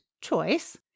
choice